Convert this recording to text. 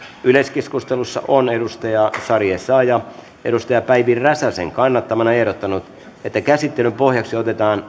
yleiskeskustelussa on sari essayah päivi räsäsen kannattamana ehdottanut että käsittelyn pohjaksi otetaan